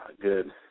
good